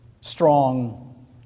strong